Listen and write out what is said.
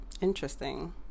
Interesting